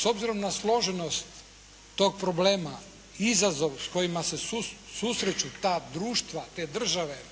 S obzirom na složenost tog problema, izazovi s kojima se susreću ta društva, te države